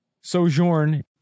sojourn